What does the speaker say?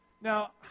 Now